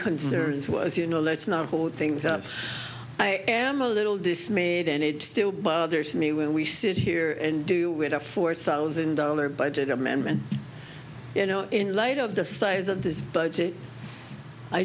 concerns was you know let's not hold things up so i am a little dismayed and it still bothers me when we sit here and do with our four thousand dollar budget amendment you know in light of the